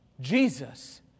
Jesus